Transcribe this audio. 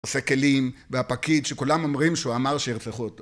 עושה כלים, והפקיד, שכולם אומרים שהוא אמר שירצחו אותו.